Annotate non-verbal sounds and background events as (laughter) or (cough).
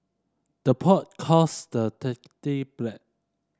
the pot calls the (unintelligible) black